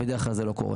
בדרך כלל זה לא קורה.